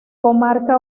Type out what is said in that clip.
comarca